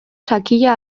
sakila